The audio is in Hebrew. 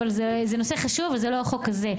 זה נושא חשוב אבל זה לא החוק הזה,